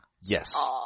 Yes